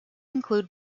include